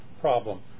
problem